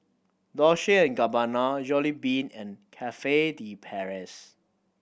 Dolce and Gabbana Jollibean and Cafe De Paris